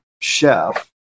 chef